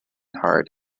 hard